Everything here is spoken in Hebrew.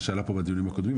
מה שעלה פה בדיונים הקודמים,